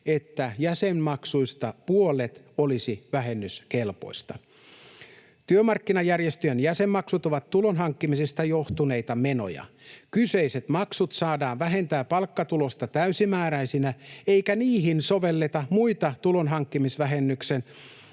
että jäsenmaksuista puolet olisi vähennyskelpoista. Työmarkkinajärjestöjen jäsenmaksut ovat tulonhankkimisesta johtuneita menoja. Kyseiset maksut saadaan vähentää palkkatulosta täysimääräisinä, eikä niihin sovelleta tulonhankkimisvähennyksen